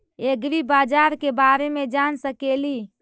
ऐग्रिबाजार के बारे मे जान सकेली?